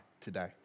today